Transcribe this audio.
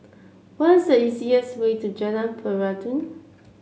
what is the easiest way to Jalan Peradun